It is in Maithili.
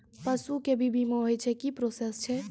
पसु के भी बीमा होय छै, की प्रोसेस छै?